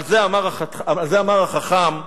על זה אמר החכם פסוק: